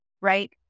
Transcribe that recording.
right